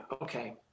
Okay